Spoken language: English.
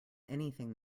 anything